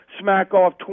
Smack-off